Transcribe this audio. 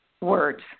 words